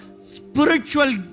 spiritual